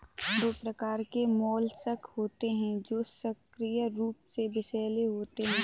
दो प्रकार के मोलस्क होते हैं जो सक्रिय रूप से विषैले होते हैं